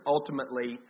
Ultimately